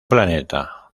planeta